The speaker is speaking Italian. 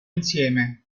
insieme